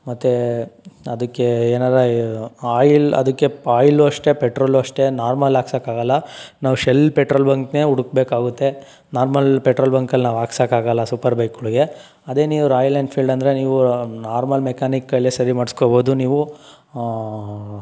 ಮತ್ತು ಅದಕ್ಕೆ ಏನಾರೂ ಆಯಿಲ್ ಅದಕ್ಕೆ ಆಯಿಲು ಅಷ್ಟೇ ಪೆಟ್ರೋಲು ಅಷ್ಟೇ ನಾರ್ಮಲ್ ಹಾಕ್ಸಕ್ ಆಗೋಲ್ಲ ನಾವು ಶೆಲ್ ಪೆಟ್ರೋಲ್ ಬಂಕ್ನೇ ಹುಡುಕ್ಬೇಕಾಗುತ್ತೆ ನಾರ್ಮಲ್ ಪೆಟ್ರೋಲ್ ಬಂಕಲ್ಲಿ ನಾವು ಹಾಕ್ಸಕಾಗಲ್ಲ ಸೂಪರ್ ಬೈಕ್ಗಳ್ಗೆ ಅದೇ ನೀವು ರಾಯಲ್ ಎನ್ಫೀಲ್ಡ್ ಅಂದರೆ ನೀವು ನಾರ್ಮಲ್ ಮೆಕ್ಯಾನಿಕ್ ಕೈಲೇ ಸರಿ ಮಾಡಿಸ್ಕೊಬೋದು ನೀವು